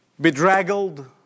bedraggled